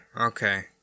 okay